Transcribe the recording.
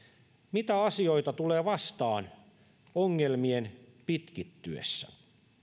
mitä asioita tulee vastaan ongelmien pitkittyessä